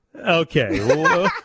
okay